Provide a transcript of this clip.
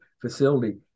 facility